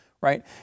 right